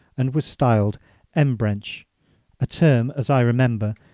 and was styled embrenche a term, as i remember,